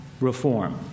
reform